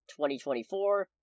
2024